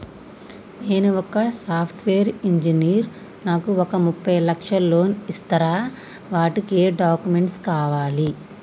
నేను ఒక software engineer నాకు ఒక ముప్పై లక్షల లోన్ ఇస్తరా? వాటికి ఏం డాక్యుమెంట్స్ కావాలి?